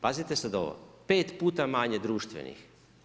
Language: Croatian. Pazite sad ovo, 5 puta manje društvenih.